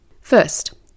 First